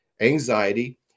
anxiety